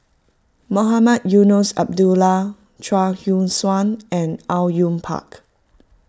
Mohamed Eunos Abdullah Chuang Hui Tsuan and Au Yue Pak